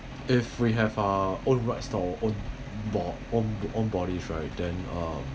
if we have our own rights on own bo~ own body right then uh